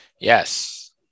Yes